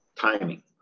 timing